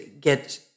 get